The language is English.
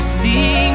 see